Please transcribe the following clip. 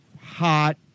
hot